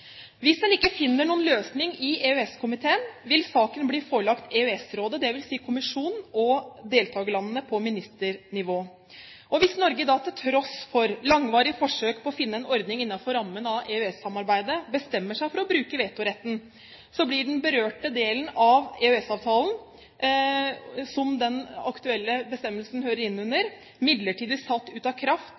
Hvis en ikke finner noen løsning i EØS-komiteen, vil saken bli forelagt EØS-rådet, dvs. kommisjonen og deltakerlandene på ministernivå. Hvis Norge til tross for langvarige forsøk på å finne en ordning innenfor rammen av EØS-samarbeidet bestemmer seg for å bruke vetoretten, blir den berørte delen av EØS-avtalen som den aktuelle bestemmelsen hører innunder, midlertidig satt ut av kraft,